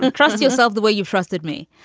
and trust yourself the way you trusted me.